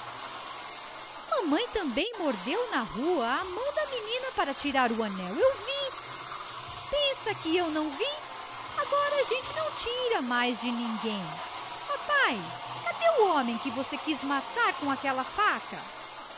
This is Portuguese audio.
xmamãe também mordeu na rua a mão da menina para tirar o anel eu vi pensa que eu não vi agora a gente não tira mais de ninguém papae cad o homem que você quiz matar com aquella faca